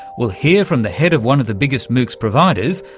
we'll hear from the head of one of the biggest moocs providers,